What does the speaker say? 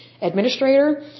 administrator